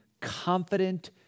confident